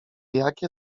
jakie